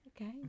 Okay